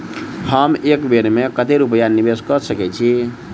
हम एक बेर मे कतेक रूपया निवेश कऽ सकैत छीयै?